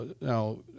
Now